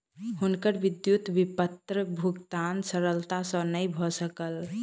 हुनकर विद्युत विपत्र भुगतान सरलता सॅ नै भ सकल